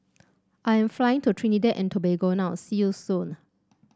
I am flying to Trinidad and Tobago now see you soon